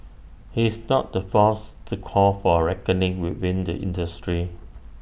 he's not the first to call for A reckoning within the industry